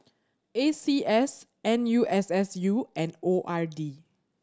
A C S N U S S U and O R D